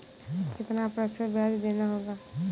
कितना प्रतिशत ब्याज देना होगा?